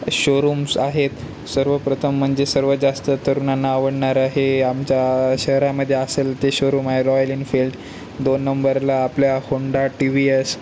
showrooms आहेत सर्वप्रथम म्हणजे सर्वात जास्त तरुणांना आवडणार आहे आमच्या शहरामध्ये असेल ते शोरूम आहे रॉयल इनफिल्ड दोन नंबरला आपल्या होंडा टी व्ही एस